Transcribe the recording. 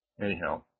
anyhow